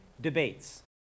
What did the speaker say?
debates